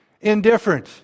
Indifferent